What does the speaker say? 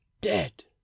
dead